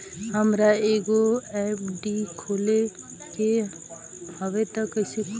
हमरा एगो एफ.डी खोले के हवे त कैसे खुली?